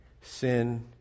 Sin